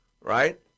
right